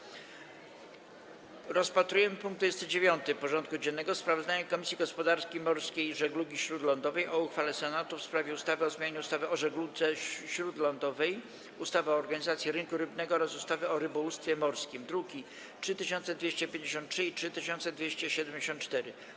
Przystępujemy do rozpatrzenia punktu 29. porządku dziennego: Sprawozdanie Komisji Gospodarki Morskiej i Żeglugi Śródlądowej o uchwale Senatu w sprawie ustawy o zmianie ustawy o żegludze śródlądowej, ustawy o organizacji rynku rybnego oraz ustawy o rybołówstwie morskim (druki nr 3253 i 3274)